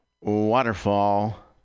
Waterfall